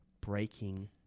Breaking